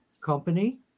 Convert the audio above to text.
company